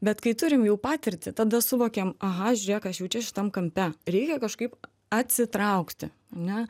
bet kai turim jau patirtį tada suvokiam aha žiūrėk aš jau čia šitam kampe reikia kažkaip atsitraukti ar ne